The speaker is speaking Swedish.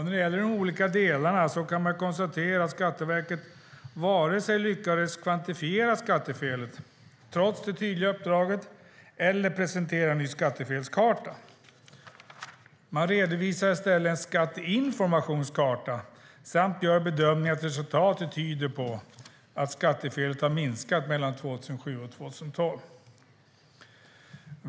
När det gäller de olika delarna kan man konstatera att Skatteverket varken lyckades kvantifiera skattefelet, trots det tydliga uppdraget, eller presentera en ny skattefelskarta. Man redovisar i stället en skatte informations karta samt gör bedömningen att resultatet tyder på att skattefelet har minskat mellan 2007 och 2012.